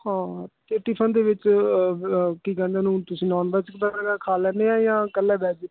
ਹਾਂ ਅਤੇ ਟਿਫਨ ਦੇ ਵਿੱਚ ਕੀ ਕਹਿੰਦੇ ਉਹਨੂੰ ਤੁਸੀਂ ਨੋਨਵੈੱਜ ਵਗੈਰਾ ਖਾ ਲੈਂਦੇ ਹਾਂ ਜਾਂ ਇਕੱਲਾ ਵੈਜ